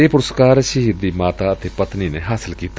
ਇਹ ਪੁਰਸਕਾਰ ਸ਼ਹੀਦ ਦੀ ਮਾਤਾ ਅਤੇ ਪਤਨੀ ਨੇ ਹਾਸਲ ਕੀਤਾ